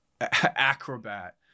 acrobat